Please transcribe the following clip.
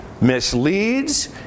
misleads